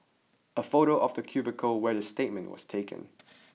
a photo of the cubicle where the statement was taken